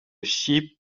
sheep